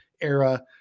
era